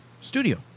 studio